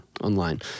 online